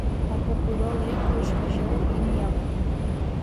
o po kurio laiko išvažiavau į niekur